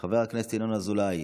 חבר הכנסת ינון אזולאי,